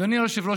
אדוני היושב-ראש,